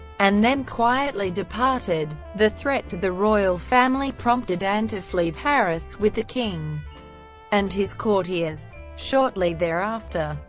and then quietly departed. the threat to the royal family prompted anne to flee paris with the king and his courtiers. shortly thereafter,